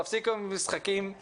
תפסיקו עם המשחקים,